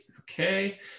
Okay